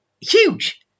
huge